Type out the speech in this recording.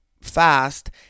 fast